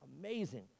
Amazing